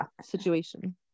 situation